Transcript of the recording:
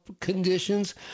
conditions